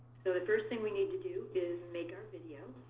so the first thing we need to do is make our video.